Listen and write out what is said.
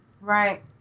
Right